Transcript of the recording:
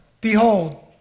Behold